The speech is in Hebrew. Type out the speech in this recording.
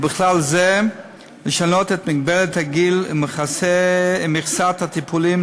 ובכלל זה לשנות את מגבלת הגיל ומכסת הטיפולים